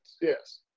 yes